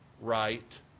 right